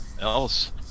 else